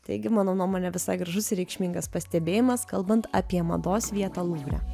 taigi mano nuomone visai gražus ir reikšmingas pastebėjimas kalbant apie mados vietą luvre